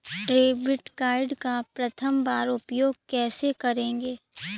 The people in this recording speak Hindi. डेबिट कार्ड का प्रथम बार उपयोग कैसे करेंगे?